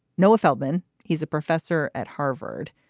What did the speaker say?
noah feldman, he's a professor at harvard.